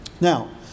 Now